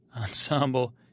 ensemble